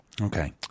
Okay